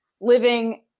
living